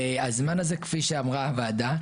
כפי שאמרה הוועדה,